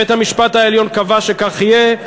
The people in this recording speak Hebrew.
בית-המשפט העליון קבע שכך יהיה,